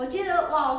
我不要